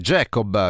Jacob